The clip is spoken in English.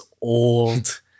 old